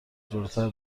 جلوتر